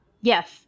yes